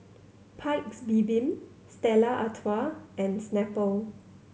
Paik's Bibim Stella Artois and Snapple